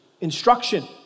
instruction